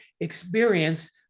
experience